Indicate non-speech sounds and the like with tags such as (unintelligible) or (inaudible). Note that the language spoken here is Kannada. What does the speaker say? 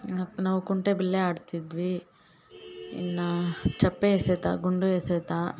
(unintelligible) ನಾವು ಕುಂಟೆಬಿಲ್ಲೆ ಆಡ್ತಿದ್ವಿ ಇನ್ನ ಚಪ್ಪೆ ಎಸೆತ ಗುಂಡು ಎಸೆತ